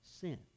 sin